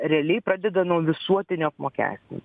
realiai pradeda nuo visuotinio apmokestinimo